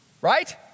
right